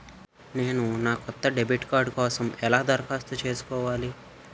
నేను నా కొత్త డెబిట్ కార్డ్ కోసం ఎలా దరఖాస్తు చేసుకోవాలి?